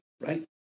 right